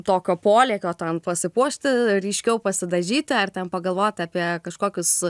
tokio polėkio ten pasipuošti ryškiau pasidažyti ar ten pagalvoti apie kažkokius